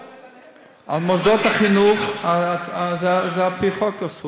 במוסדות החינוך זה אסור על פי חוק.